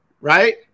right